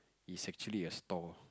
is actually a store